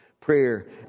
prayer